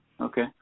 okay